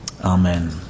amen